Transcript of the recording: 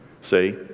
see